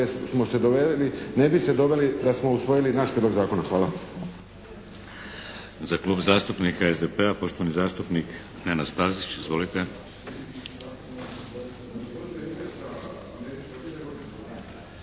ne bi se doveli da smo usvojili naš prijedlog zakona. Hvala.